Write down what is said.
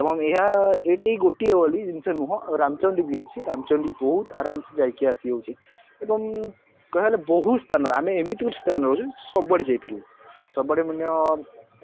ଏବଂ ଏହା ଏଇଠି ଗୋଟିଏ ବୋଲି ଜିନିଷ ନୁହଁ ରାମଚଣ୍ଡୀ ବି ଅଛି ରାମଚଣ୍ଡୀ ବହୁତ ଆରାମସେ ଯାଇକି ଆସି ହେଉଛି ଏବଂ କହିବାକୁ ଗଲେ ବହୁତ ସ୍ଥାନରେ ଆମେ ଏମିତି ଗୋଟେ ସ୍ଥାନରେ ରହୁଛୁ ସବୁଆଡ଼େ ଯାଇପାରିବୁ ସବୁଆଡ଼େ ମାନେ